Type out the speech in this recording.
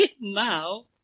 Now